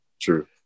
True